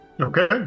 Okay